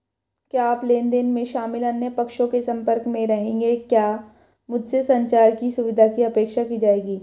क्या आप लेन देन में शामिल अन्य पक्षों के संपर्क में रहेंगे या क्या मुझसे संचार की सुविधा की अपेक्षा की जाएगी?